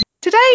Today